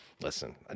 listen